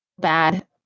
bad